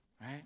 right